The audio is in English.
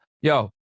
yo